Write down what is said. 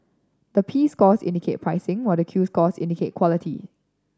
the P scores indicate pricing while the Q scores indicate quality